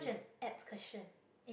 such an apt question